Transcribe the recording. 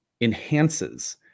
enhances